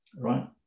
right